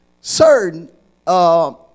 certain